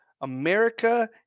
america